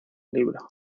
libro